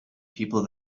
people